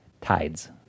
tides